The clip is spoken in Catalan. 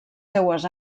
seues